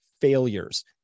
failures